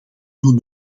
doen